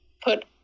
put